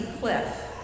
cliff